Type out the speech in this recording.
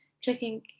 checking